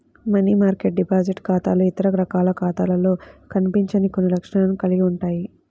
money market deposit ఖాతాలు ఇతర రకాల ఖాతాలలో కనిపించని కొన్ని లక్షణాలను కలిగి ఉంటాయి